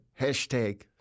Hashtag